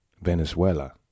Venezuela